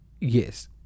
Yes